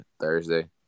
Thursday